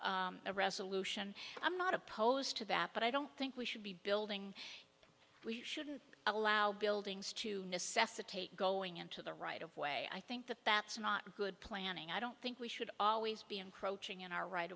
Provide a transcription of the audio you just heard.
a a resolution i'm not opposed to bat but i don't think we should be building we shouldn't allow buildings to necessitate going into the right of way i think that that's not good planning i don't think we should always be encroaching on our right